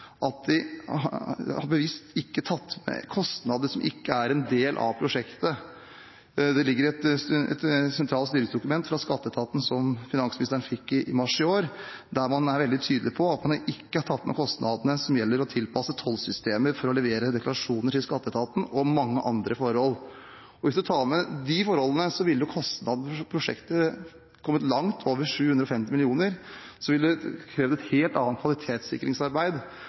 fått, at de bevisst ikke har tatt med kostnader som ikke er en del av prosjektet. Det foreligger et sentralt styringsdokument fra skatteetaten som finansministeren fikk i mars i år, der man er veldig tydelig på at man ikke har tatt med kostnadene som gjelder å tilpasse tollsystemer for å levere deklarasjoner til skatteetaten om mange andre forhold. Hvis man tok med de forholdene, ville jo kostnadene til prosjektet kommet langt over 750 mill. kr, og det ville krevd et helt annet kvalitetssikringsarbeid